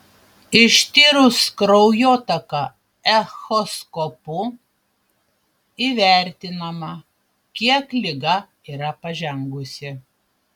ištyrus kraujotaką echoskopu įvertinama kiek liga yra pažengusi